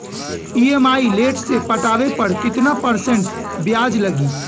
EMI late से पटावे पर कितना परसेंट ब्याज लगी?